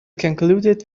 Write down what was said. concluded